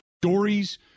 stories